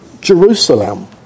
Jerusalem